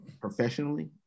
professionally